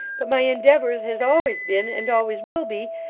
but my endeavours has always been, and always will be,